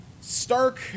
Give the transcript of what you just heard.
Stark